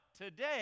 Today